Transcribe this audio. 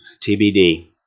TBD